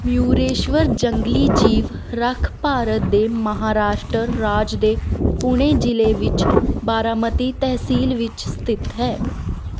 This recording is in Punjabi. ਮਯੂਰੇਸ਼ਵਰ ਜੰਗਲੀ ਜੀਵ ਰੱਖ ਭਾਰਤ ਦੇ ਮਹਾਰਾਸ਼ਟਰ ਰਾਜ ਦੇ ਪੁਣੇ ਜ਼ਿਲ੍ਹੇ ਵਿੱਚ ਬਾਰਾਮਤੀ ਤਹਿਸੀਲ ਵਿੱਚ ਸਥਿਤ ਹੈ